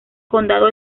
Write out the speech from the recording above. condado